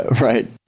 Right